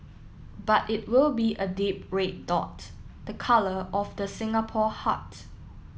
but it will be a deep red dot the colour of the Singapore heart